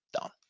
down